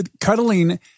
Cuddling